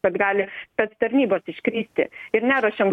kad gali spec tarnybos iškristi ir neruošėm